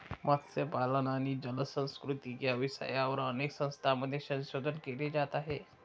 मत्स्यपालन आणि जलसंस्कृती या विषयावर अनेक संस्थांमध्ये संशोधन केले जात आहे